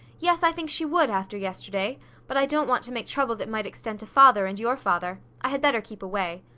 yes, i think she would, after yesterday but i don't want to make trouble that might extend to father and your father. i had better keep away.